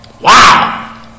Wow